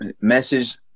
message